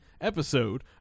episode